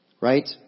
right